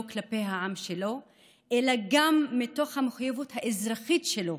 כלפי העם הפלסטיני אלא גם מתוך המחויבות האזרחית שלו,